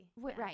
Right